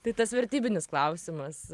tai tas vertybinis klausimas